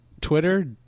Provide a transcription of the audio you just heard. Twitter